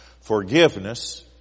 Forgiveness